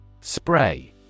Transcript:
Spray